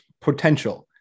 potential